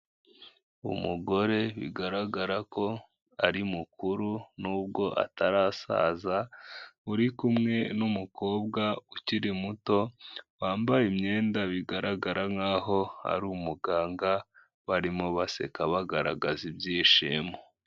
Umugore bigaragara ko ari mukuru nubwo atarasaza, uri kumwe n'umukobwa ukiri muto wambaye imyenda bigaragara nkaho ari umuganga. Barimo baseka bagaragaza ibyishimo.